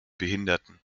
behinderten